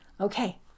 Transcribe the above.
Okay